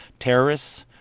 terrorists,